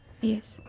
Yes